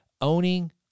owning